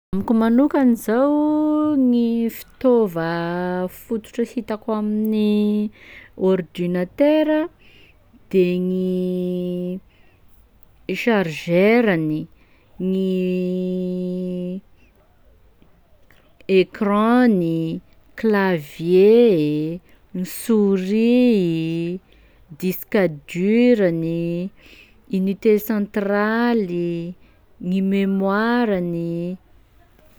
Amiko manokany zao gny fitaova fototra hitako amin'ny ordinatera de: gny chargeurany, gny écran-ny, klavie e, ny souris, disque durany, unité centraly, gny mémoirany.